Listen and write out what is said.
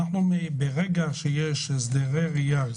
ברגע שיש הסדרי ראייה,